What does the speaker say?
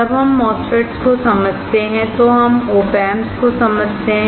जब हम MOSFETS को समझते हैं तो हम OP amps को समझते हैं